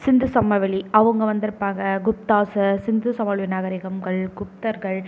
சிந்துசமவெளி அவங்க வந்திருப்பாங்க குப்தாசஸ் சிந்துசமவெளி நாகரீகங்கள் குப்தர்கள்